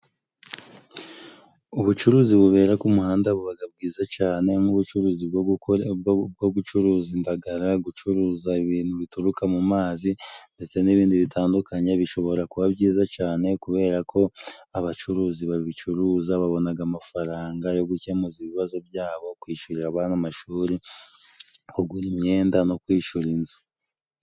Ubucuruzi bubera ku muhanda bubaga bwiza cane， nk'ubucuruzi bwo gucuruza indagara，gucuruza ibintu bituruka mu mazi，ndetse n'ibindi bitandukanye bishobora kuba byiza cane， kubera ko abacuruzi babicuruza， babonaga amafaranga yo gukemura ibibazo byabo，kwishurira abana amashuri，kugura imyenda no kwishura inzu.